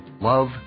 love